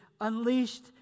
unleashed